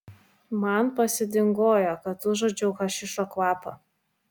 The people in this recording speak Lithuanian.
man pasidingojo kad užuodžiau hašišo kvapą